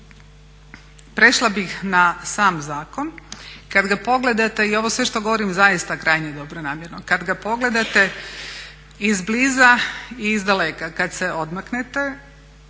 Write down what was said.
prešla bih na sam zakon. Kad ga pogledate i ovo sve što govorim je zaista krajnje dobronamjerno, kad ga pogledate izbliza i izdaleka, kad se odmaknete